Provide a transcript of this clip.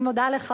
אני מודה לך,